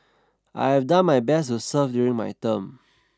I have done my best to serve during my term